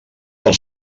del